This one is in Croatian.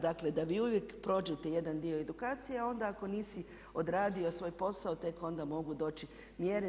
Dakle da vi uvijek prođete jedan dio edukacije a onda ako nisi odradio svoj posao tek onda mogu doći mjere.